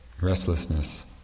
Restlessness